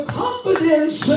confidence